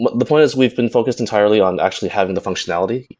but the point is, we've been focused entirely on actually having the functionality.